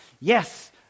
yes